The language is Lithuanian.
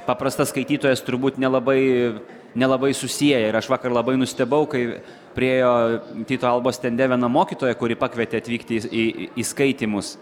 paprastas skaitytojas turbūt nelabai nelabai susieja ir aš vakar labai nustebau kai priėjo tyto albos stende viena mokytoja kuri pakvietė atvykti į į skaitymus